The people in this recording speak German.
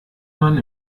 man